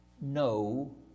no